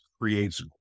creates